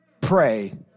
pray